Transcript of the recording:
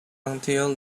until